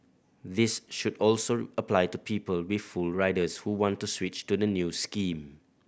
this should also apply to people with full riders who want to switch to the new scheme